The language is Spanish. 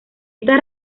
esta